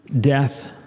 death